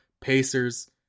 Pacers